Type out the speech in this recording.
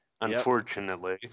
unfortunately